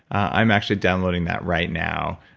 i'm actually downloading that right now.